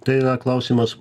tai yra klausimas